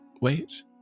wait